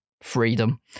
freedom